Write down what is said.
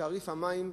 תעריף המים.